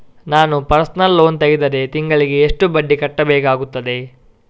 ನಾನು personal loan ತೆಗೆದರೆ ತಿಂಗಳಿಗೆ ಎಷ್ಟು ಬಡ್ಡಿ ಕಟ್ಟಬೇಕಾಗುತ್ತದೆ?